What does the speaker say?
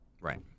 right